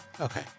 Okay